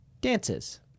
dances